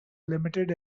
limited